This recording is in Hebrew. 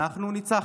אנחנו ניצחנו.